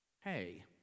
Hey